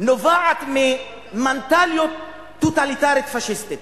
נובעת ממנטליות טוטליטרית פאשיסטית